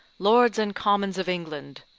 lords and commons of england.